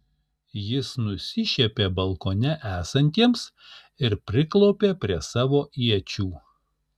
jis nusišiepė balkone esantiems ir priklaupė prie savo iečių